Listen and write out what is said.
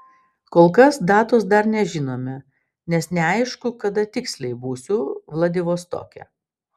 kol kas datos dar nežinome nes neaišku kada tiksliai būsiu vladivostoke